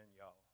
y'all